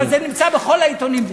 אבל זה נמצא בכל העיתונים.